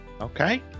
Okay